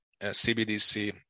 CBDC